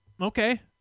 okay